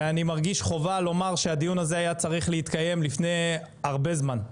ואני מרגיש חובה לומר שהדיון הזה היה צריך להתקיים לפני הרבה זמן,